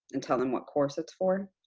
and tell them what course it's for.